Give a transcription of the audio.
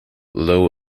low